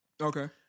okay